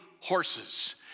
horses